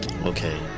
Okay